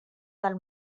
del